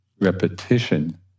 repetition